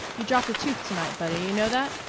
you dropped a tooth to-night, buddy. you know that?